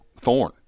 thorn